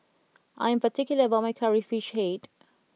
I am particular about my Curry Fish Head